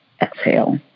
exhale